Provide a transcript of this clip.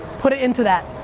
put it into that.